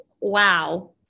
wow